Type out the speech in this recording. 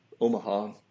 Omaha